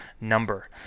number